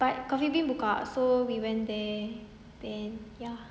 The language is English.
but Coffee Bean buka so we went there then ya